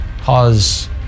cause